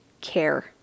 care